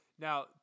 Now